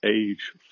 age